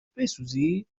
بسوزید